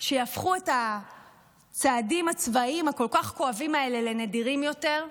שיהפכו את הצעדים הצבאיים הכואבים כל כך האלה לנדירים יותר.